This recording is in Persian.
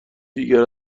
دیگر